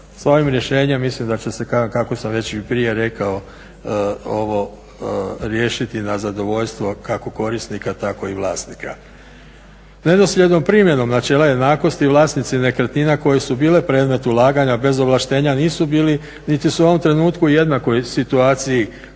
S ovim rješenjem mislim da će se, kako sam već i prije rekao, ovo riješiti na zadovoljstvo kako korisnika, tako i vlasnika. … /Govornik se ne razumije./ … primjenom, znači … jednakosti vlasnici nekretnina koje su bile predmet ulaganja bez ovlaštenja nisu bili niti su u ovom trenutku u jednakoj situaciji kao